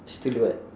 still wet